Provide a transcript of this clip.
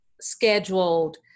scheduled